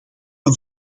een